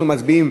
אנחנו מצביעים